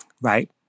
right